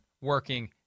working